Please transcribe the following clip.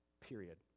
period